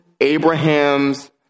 Abraham's